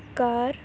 ਕਰ